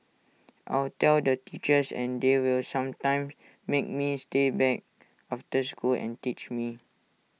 I'll tell the teachers and they will sometimes make me stay back after school and teach me